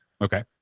Okay